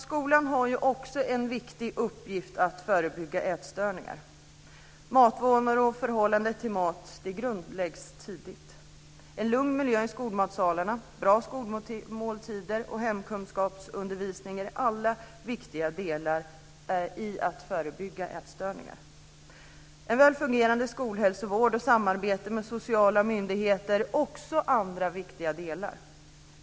Skolan har också en viktig uppgift i att förebygga ätstörningar. Matvanor och förhållandet till mat grundläggs tidigt. En lugn miljö i skolmatsalarna, bra skolmåltider och hemkunskapsundervisning är alla viktiga delar i att förebygga ätstörningar. En väl fungerande skolhälsovård och samarbete med sociala myndigheter är andra viktiga delar.